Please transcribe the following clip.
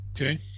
Okay